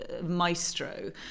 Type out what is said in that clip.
maestro